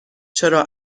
چرا